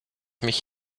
mich